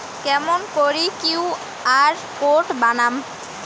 কেমন করি QR code বানাম?